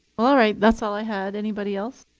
all right. that's all i had. anybody else?